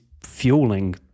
fueling